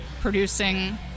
producing